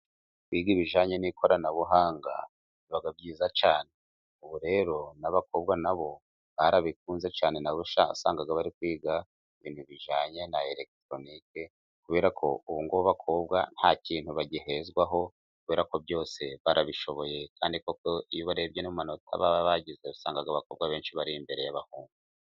Kwiga ibijyanye n'ikoranabuhanga biba byiza cyane, ubu rero n'abakobwa na bo barabikunze cyane, na bo usanga bari kwiga ibintu bijyananye na elegitoronike, kubera ko ubu ngo abakobwa nta kintu bagihezwaho kubera ko byose barabishoboye, kandi koko iyo ubarebye n'amanota baba bagize, usanga abakobwa benshi bari imbere y'abahungu.